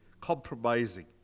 compromising